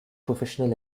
professional